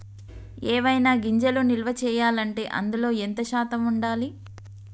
ఏవైనా గింజలు నిల్వ చేయాలంటే అందులో ఎంత శాతం ఉండాలి?